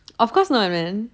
of course not I mean